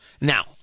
Now